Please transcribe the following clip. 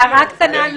הערה קטנה,